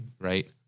right